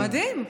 מדהים.